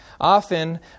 Often